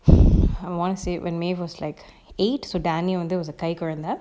I want to say when maeve was like eight so daniel வந்து:vanthu was a கைக் கொழந்த:kaik kolantha